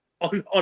on